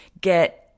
get